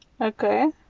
Okay